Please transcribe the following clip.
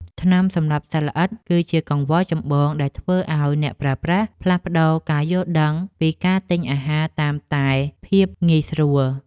ថ្នាំសម្លាប់សត្វល្អិត គឺជាកង្វល់ចម្បងដែលធ្វើឱ្យអ្នកប្រើប្រាស់ផ្លាស់ប្តូរការយល់ដឹងពីការទិញអាហារតាមតែភាពងាយស្រួល។